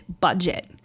budget